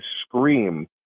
scream